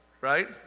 Right